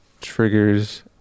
triggers